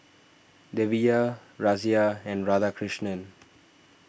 Devi Razia and Radhakrishnan